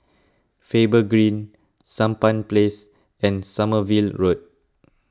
Faber Green Sampan Place and Sommerville Road